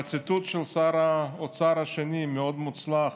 והציטוט של שר האוצר השני המאוד-מוצלח